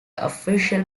official